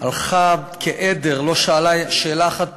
הלכה כעדר, לא שאלה שאלה אחת פשוטה: